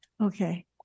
Okay